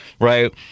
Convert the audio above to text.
right